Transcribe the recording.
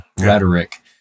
rhetoric